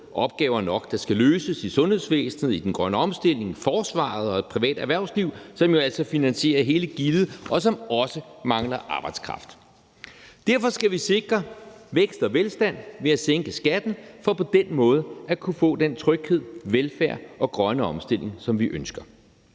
opgaver nok, der skal løses i sundhedsvæsenet, i den grønne omstilling, i forsvaret og i et privat erhvervsliv, som jo altså finansierer hele gildet, og som også mangler arbejdskraft. Derfor skal vi sikre vækst og velstand ved at sænke skatten for på den måde at kunne få den tryghed, velfærd og grønne omstilling, som vi ønsker.